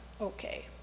okay